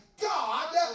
God